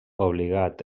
obligat